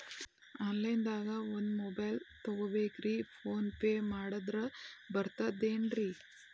Online ದಾಗ ಒಂದ್ mobile ತಗೋಬೇಕ್ರಿ ಫೋನ್ ಪೇ ಮಾಡಿದ್ರ ಬರ್ತಾದೇನ್ರಿ?